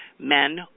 Men